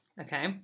Okay